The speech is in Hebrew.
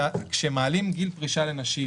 כשמעלים את גיל הפרישה לנשים